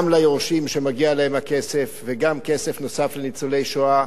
גם ליורשים שמגיע להם הכסף וגם כסף נוסף לניצולי שואה,